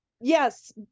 yes